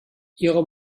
ihre